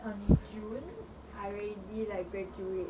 on june I already like graduate